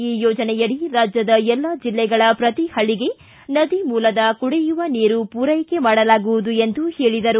ಈ ಯೋಜನೆಯಡಿ ರಾಜ್ಯದ ಎಲ್ಲಾ ಜಿಲ್ಲೆಗಳ ಪ್ರತಿ ಹಳ್ಳಗೆ ನದಿ ಮೂಲದ ಕುಡಿಯುವ ನೀರು ಪೂರೈಕೆ ಮಾಡಲಾಗುವುದು ಎಂದರು